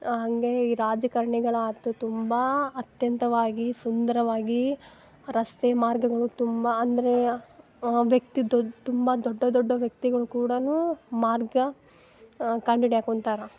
ಹಾಗೆ ಈ ರಾಜಕಾರಣಿಗಳು ಆಯ್ತ್ ತುಂಬ ಅಂತ್ಯಂತವಾಗಿ ಸುಂದರವಾಗಿ ರಸ್ತೆ ಮಾರ್ಗಗಳು ತುಂಬ ಅಂದರೆ ವ್ಯಕ್ತಿ ದೊಡ್ ತುಂಬ ದೊಡ್ಡ ದೊಡ್ಡ ವ್ಯಕ್ತಿಗಳು ಕೂಡಾ ಮಾರ್ಗ ಕಂಡು ಹಿಡಿಯೋಕ್ ಕುಂತಾರ